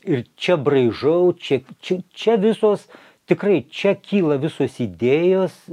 ir čia braižau čia čia čia visos tikrai čia kyla visos idėjos